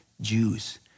Jews